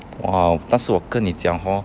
!wah! 但是我跟你讲 hor